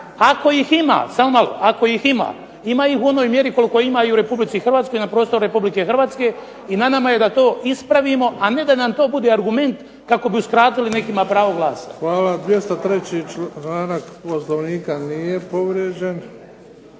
Ako ih ima, samo malo, ima ih u onoj mjeri koliko ima i u Republici Hrvatskoj na prostoru Republike Hrvatske i na nama je da to ispravimo, a ne da nam to bude argument kako bi uskratili nekima pravo glasa. **Bebić, Luka (HDZ)** Hvala. 203. članak Poslovnika nije povrijeđen,